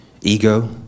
ego